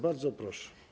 Bardzo proszę.